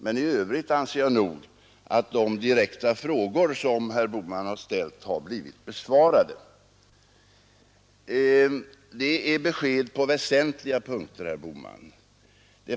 Men i övrigt anser jag nog att de direkta frågor som herr Bohman ställt har blivit besvarade. Det är besked på väsentliga punkter, herr Bohman.